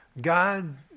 God